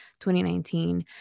2019